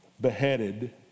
beheaded